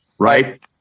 right